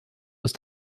ist